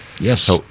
Yes